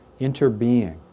interbeing